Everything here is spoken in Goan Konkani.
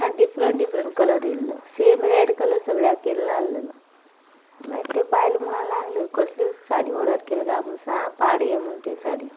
साडी डिफरंट डिफरंट कलर दिल्ल्यो सेम रेड कलर सगल्यांक येवंक नाशिल्ल्यो मागीर त्यो बायल्यो म्हणूंक लागल्यो कसल्यो साडयो ऑर्डर केल्यो काय म्हूण साप पाड म्हूण त्यो साडयो